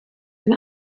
den